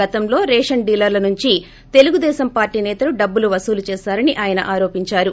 గతంలో రేషన్ డీలర్ల నుంచి తెలుగు దేశం పార్లీ నేతలు డబ్బులు వసూలు చేశారని ఆయన ఆరోపించారు